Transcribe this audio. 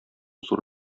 зур